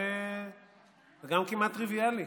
וגם כמעט טריוויאלי.